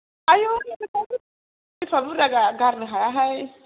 आयु बिदि एफा बुरजा गारनो हायाहाय